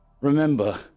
remember